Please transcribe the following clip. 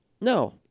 no